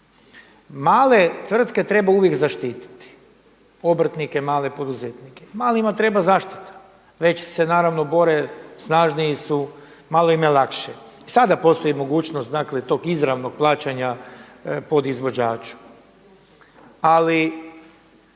Male tvrtke treba uvijek zaštiti. Obrtnike, male poduzetnike. Malima treba zaštita, veći se naravno bore, snažniji su, malo im je lakše. I sada postoji mogućnost dakle tog izravnog plaćanja podizvođaču. Ali